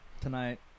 tonight